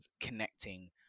connecting